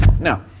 Now